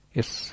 Yes